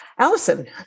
Allison